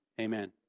amen